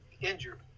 injured